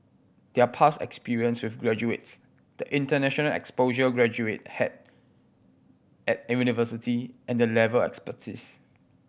their past experience with graduates the international exposure graduate had at university and the level expertise